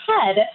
head